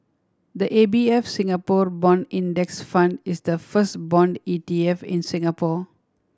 the A B F Singapore Bond Index Fund is the first bond E T F in Singapore